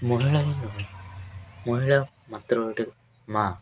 ମହିଳାମାନଙ୍କ ମହିଳା ମାତ୍ର ଗୋଟେ ମାଁ